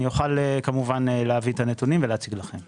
אביא את הנתונים ואציג לכם.